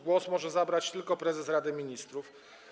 głos może zabrać tylko prezes Rady Ministrów.